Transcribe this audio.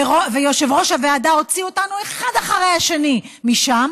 יושב-ראש הוועדה הוציא אותנו אחד אחרי השני משם